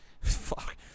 fuck